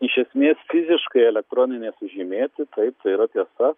iš esmės fiziškai elektroninė sužymėti taip tai yra tiesa